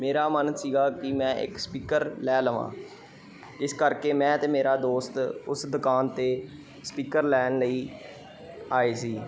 ਮੇਰਾ ਮਨ ਸੀਗਾ ਕਿ ਮੈਂ ਇੱਕ ਸਪੀਕਰ ਲੈ ਲਵਾਂ ਇਸ ਕਰਕੇ ਮੈਂ ਅਤੇ ਮੇਰਾ ਦੋਸਤ ਉਸ ਦੁਕਾਨ 'ਤੇ ਸਪੀਕਰ ਲੈਣ ਲਈ ਆਏ ਸੀ